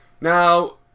Now